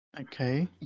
Okay